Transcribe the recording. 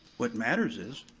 what matters is,